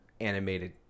animated